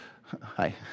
Hi